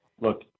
Look